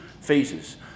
phases